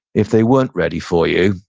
if they weren't ready for you,